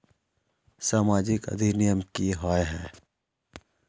सामाजिक अधिनियम की होय है?